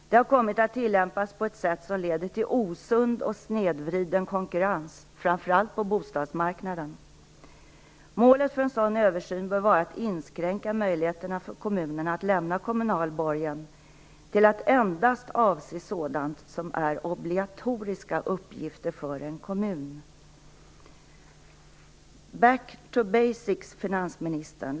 Det har kommit att tillämpas på ett sätt som leder till osund och snedvriden konkurrens, framför allt på bostadsmarknaden. Målet för en sådan översyn bör vara att inskränka möjligheterna för kommunerna att lämna kommunal borgen till att endast avse sådant som är obligatoriska uppgifter för en kommun. "Back to basics", finansministern!